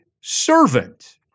servant